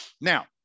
Now